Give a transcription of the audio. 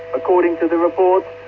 according to the reports,